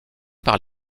par